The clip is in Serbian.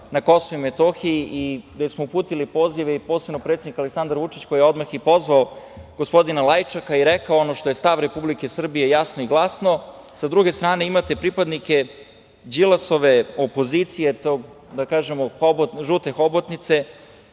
na KiM i gde smo uputili pozive, posebno predsednik Aleksandar Vučić, koji je odmah i pozvao gospodina Lajčaka i rekao ono što je stav Republike Srbije jasno i glasno, sa druge strane imate pripadnike Đilasove opozicije, žute hobotnice,